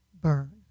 burn